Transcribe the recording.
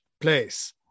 place